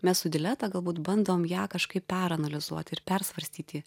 mes su dileta galbūt bandom ją kažkaip peranalizuot ir persvarstyt jį